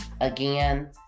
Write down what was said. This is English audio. Again